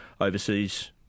overseas